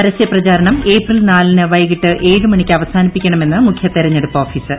പരസ്യ പ്രചാരണം ഏപ്രിൽ നാലിന് വൈകിട്ട് ഏഴ് മണിക്ക് അവസാനിപ്പിക്കണമെന്ന് മുഖ്യ തെരഞ്ഞെടുപ്പ് ഓഫീസർ